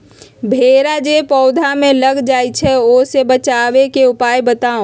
भेरा जे पौधा में लग जाइछई ओ से बचाबे के उपाय बताऊँ?